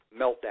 meltdown